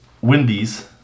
Wendy's